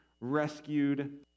rescued